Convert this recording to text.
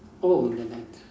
oh in the night